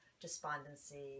despondency